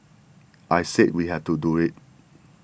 I said we have to do it